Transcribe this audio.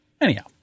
Anyhow